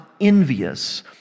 envious